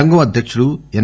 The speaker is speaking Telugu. సంఘం అధ్యక్తుడు ఎస్